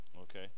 Okay